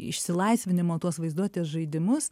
išsilaisvinimo tuos vaizduotės žaidimus